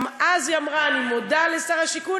גם אז היא אמרה: אני מודה לשר השיכון,